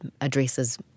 addresses